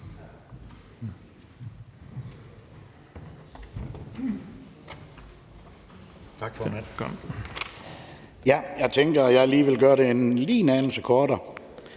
Tak for ordet.